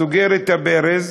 סוגר את הברז.